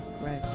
Right